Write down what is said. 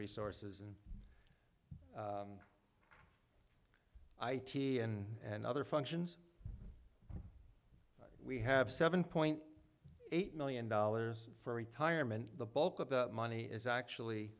resources and i t n and other functions we have seven point eight million dollars for retirement the bulk of that money is actually